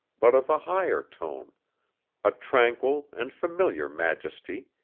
but of a higher tone a tranquil and familiar majesty,